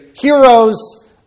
heroes